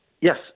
Yes